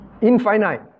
Infinite